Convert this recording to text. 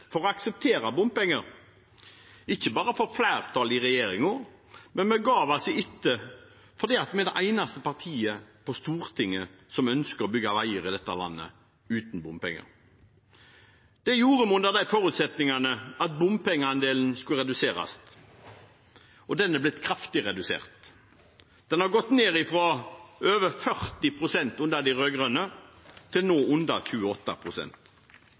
for å akseptere bompenger, var det ikke bare for flertallet i regjeringen, men fordi vi er det eneste partiet på Stortinget som ønsker å bygge veier i dette landet uten bompenger. Det gjorde vi under forutsetning av at bompengeandelen skulle reduseres. Den er blitt kraftig redusert. Den har gått ned fra over 40 pst. under de rød-grønne til nå under